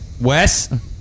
Wes